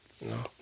no